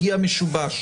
הגיע משובש.